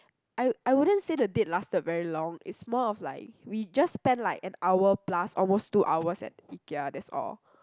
I I wouldn't say the date lasted very long it's more of like we just spend like an hour plus almost two hours at Ikea that's all